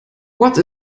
what